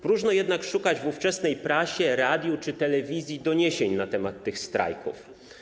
Próżno jednak szukać w ówczesnej prasie, radiu czy telewizji doniesień na temat tych strajków.